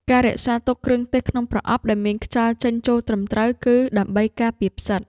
ការរក្សាទុកគ្រឿងទេសក្នុងប្រអប់ដែលមានខ្យល់ចេញចូលត្រឹមត្រូវ គឺដើម្បីការពារផ្សិត។